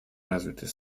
развитой